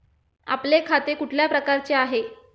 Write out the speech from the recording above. आपले खाते कुठल्या प्रकारचे आहे?